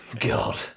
God